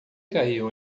caiu